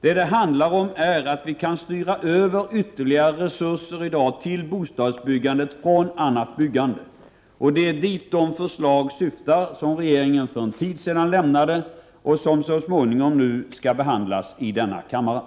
Vad det handlar om är att vi i dag kan styra över ytterligare resurser till bostadsbyggandet från annat byggande, och det är dit de förslag syftar som regeringen för en tid sedan framlade och som så småningom skall behandlas här i kammaren.